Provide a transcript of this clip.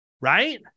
Right